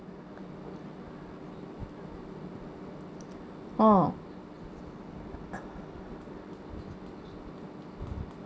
mm